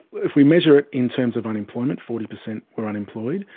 if we measure it in terms of unemployment, forty percent were unemployed.